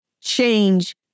change